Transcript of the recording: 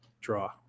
draw